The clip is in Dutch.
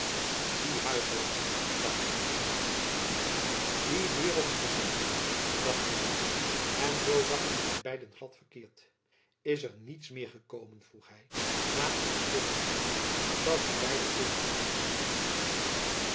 die huichelaar dacht elizabeth die waereldsgezinde dacht buat en zoo dachten zy beiden glad verkeerd is er niets meer gekomen vroeg hy na een stilzwijgen dat voor beiden even pijnlijk geweest was